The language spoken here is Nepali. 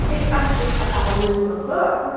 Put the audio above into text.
ए बोल्नु भएको